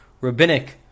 rabbinic